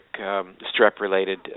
strep-related